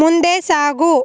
ಮುಂದೆ ಸಾಗು